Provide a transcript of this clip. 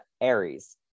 Aries